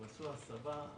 הם עשו הסבה,